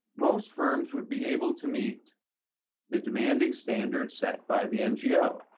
most firms would be able to meet the demanding standard set by the ngo,